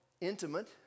intimate